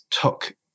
took